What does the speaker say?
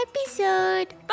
episode